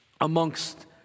Amongst